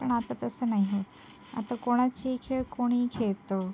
पण आता तसं नाही आहे आता कोणाचेही खेळ कोणीही खेळतं